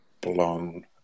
blown